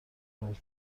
بود